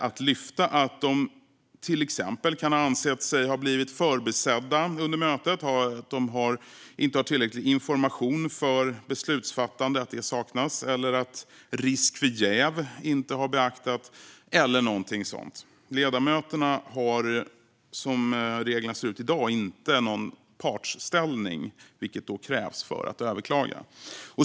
De skulle kunna lyfta fram exempelvis att de anser sig ha blivit förbisedda under mötet, att tillräcklig information för beslutsfattande saknats eller att risk för jäv inte beaktats. Ledamöterna har som reglerna ser ut i dag inte någon partsställning, vilket krävs för att överklaga.